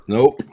Nope